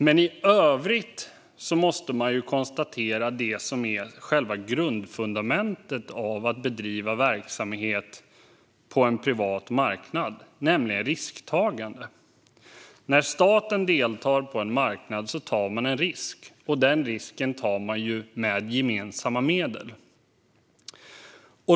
Men i övrigt måste man konstatera att risktagande är själva grundfundamentet när det gäller att bedriva verksamhet på en privat marknad. När staten deltar på en marknad tar staten en risk, och den risken tar staten med gemensamma medel.